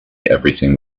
everything